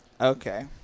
Okay